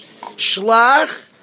Shlach